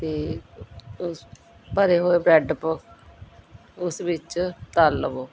ਅਤੇ ਉਸ ਭਰੇ ਹੋਏ ਬ੍ਰੈਡ ਪੋ ਉਸ ਵਿੱਚ ਤਲ ਲਵੋ